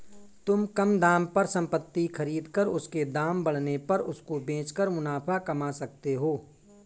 तुम कम दाम पर संपत्ति खरीद कर उसके दाम बढ़ने पर उसको बेच कर मुनाफा कमा सकते हो